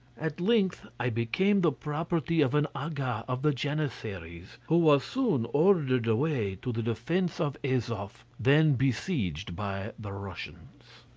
at length i became the property of an aga of the janissaries, who was soon ordered away to the defence of azof, then besieged by the russians.